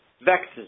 vexes